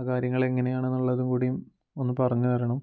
ആ കാര്യങ്ങൾ എങ്ങനെയാണെന്നുള്ളതും കൂടിയും ഒന്ന് പറഞ്ഞു തരണം